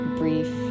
brief